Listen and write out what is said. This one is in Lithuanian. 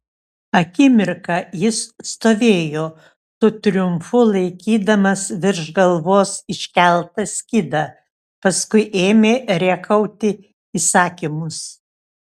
akimirką jis stovėjo su triumfu laikydamas virš galvos iškeltą skydą paskui ėmė rėkauti įsakymus